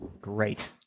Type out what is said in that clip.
Great